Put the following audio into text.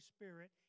Spirit